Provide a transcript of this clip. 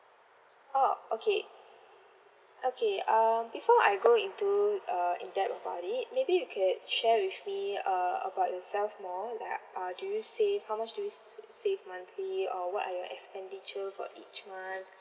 oh okay okay uh before I go into uh in depth about it maybe you could share with me uh about yourself more like uh do you save how much do you s~ save monthly uh what are your expenditure for each month